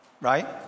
right